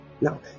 now